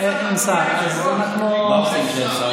אין פה שר, אז אנחנו, מההתחלה.